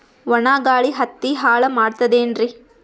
ಒಣಾ ಗಾಳಿ ಹತ್ತಿ ಹಾಳ ಮಾಡತದೇನ್ರಿ?